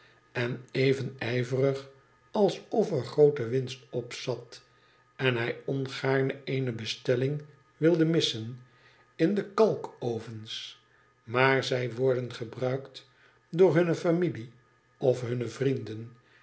en even ijverig alsof er groote winst op zat en hij ongaarne eene bestelling wilde missen in de kalkovens maar zij worden gebruikt door hunne familie of hunne vrienden